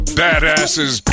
badasses